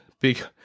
big